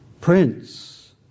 prince